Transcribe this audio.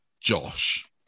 Josh